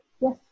Yes